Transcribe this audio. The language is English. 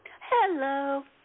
Hello